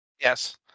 Yes